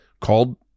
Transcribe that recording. called